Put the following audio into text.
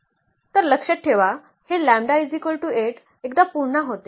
तर लक्षात ठेवा हे λ 8 एकदा पुन्हा होते